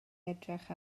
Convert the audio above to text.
edrych